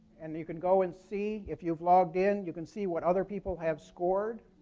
and you can go and see if you've logged in, you can see what other people have scored